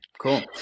Cool